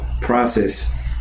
process